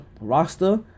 roster